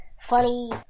funny